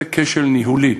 זה כשל ניהולי.